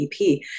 ep